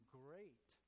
great